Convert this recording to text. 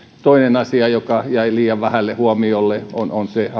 toinen asia joka jäi liian vähälle huomiolle haluaisin todeta sen tässä on se